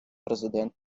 президент